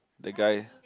that guy